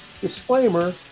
Disclaimer